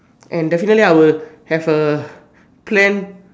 and definitely I will have a plan